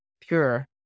pure